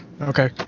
Okay